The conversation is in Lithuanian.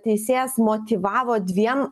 teisėjas motyvavo dviem